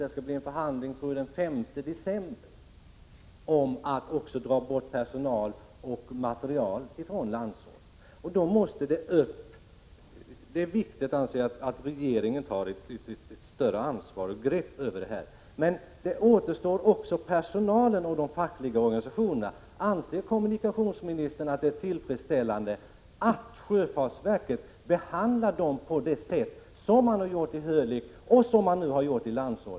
Det skall bli en förhandling den 5 december om att dra bort personal och materiel från Landsort. Det är viktigt att regeringen tar ett större ansvar och ett grepp om detta. Anser kommunikationsministern att det är tillfredsställande att sjöfartsverket behandlar personalen och de fackliga organisationerna på det sätt som man har gjort i Hölick och på Landsort?